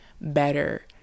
better